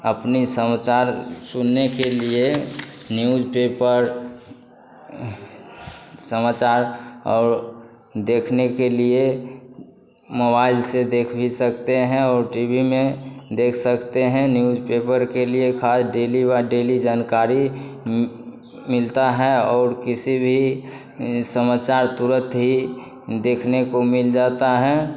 अपने समाचार सुनने के लिए न्यूज़पेपर समाचार और देखने के लिए मोबाइल से देख भी सकते हैं और टी वी में देख सकते हैं न्यूजपेपर के लिए खास डेली व डेली जनकारी मिलती है और किसी भी समाचार तुरत ही देखने को मिल जाता है